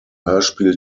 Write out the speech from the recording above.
hörspiel